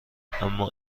اما